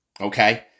Okay